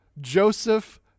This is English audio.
Joseph